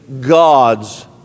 God's